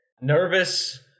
nervous